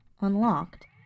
unlocked